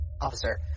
officer